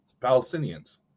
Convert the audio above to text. Palestinians